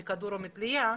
מכדור או מתלייה?